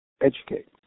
educate